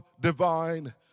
divine